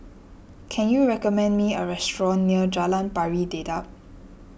can you recommend me a restaurant near Jalan Pari Dedap